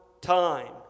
time